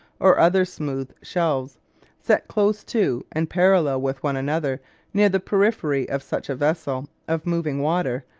or other smooth shelves set close to and parallel with one another near the periphery of such a vessel of moving water,